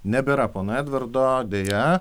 nebėra pono edvardo deja